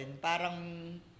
parang